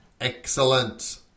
Excellent